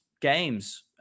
games